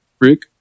Rick